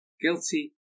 guilty